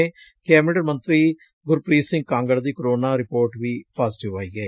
cabinet ਮੰਤਰੀ ਗੁਰਪ੍ਰੀਤ ਸਿੰਘ ਕਾਂਗੜ ਦੀ corona report ਵੀ ਪਾਜੇਟਿਵ ਆਈ ਏ